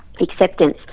acceptance